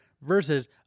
versus